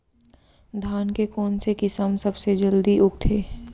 धान के कोन से किसम सबसे जलदी उगथे?